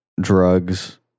drugs